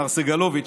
מר סגלוביץ',